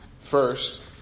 First